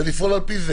ולפעול על פי זה.